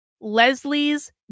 Leslie's